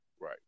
Right